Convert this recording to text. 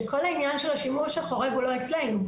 כל העניין של השימוש החורג הוא לא אצלנו.